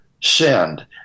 sinned